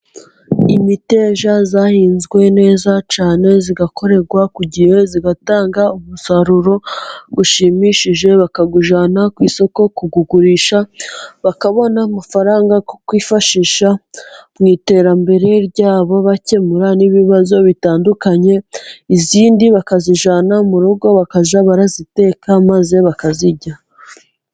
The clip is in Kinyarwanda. Imiteja yahinzwe neza cyane, igakorerwa ku gihe igatanga umusaruro ushimishije, bakawujyana ku isoko kuwugurisha, bakabona amafaranga yo kwifashisha mu iterambere ryabo, bakemura n'ibibazo bitandukanye, iyindi bakayijyana mu rugo, bakajya bayiteka maze bakayirya.